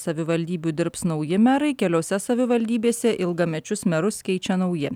savivaldybių dirbs nauji merai keliose savivaldybėse ilgamečius merus keičia nauji